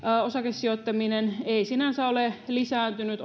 osakesijoittaminen ei sinänsä ole lisääntynyt